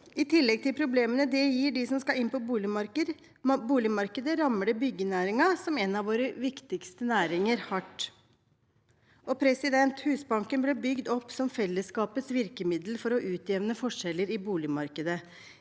I tillegg til problemene det gir dem som skal inn på boligmarkedet, rammer det byggenæringen, som er en av våre viktigste næringer, hardt. Husbanken ble bygd opp som fellesskapets virkemiddel for å utjevne forskjeller i boligmarkedet.